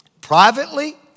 privately